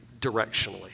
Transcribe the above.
directionally